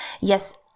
yes